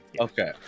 okay